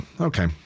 okay